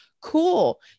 Cool